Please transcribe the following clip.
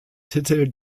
titel